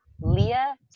Leah